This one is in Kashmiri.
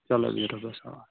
چلو بِہِو رۄبس حوالہٕ